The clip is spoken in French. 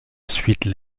suite